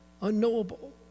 unknowable